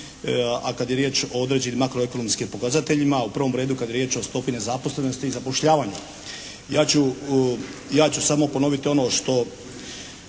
a kad je riječ o određenim makroekonomskih pokazateljima, u prvom redu kad je riječ o stopi nezaposlenosti i zapošljavanju. Ja ću samo ponoviti ono što